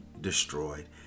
destroyed